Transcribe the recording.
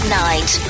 night